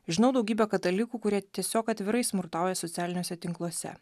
žinau daugybę katalikų kurie tiesiog atvirai smurtauja socialiniuose tinkluose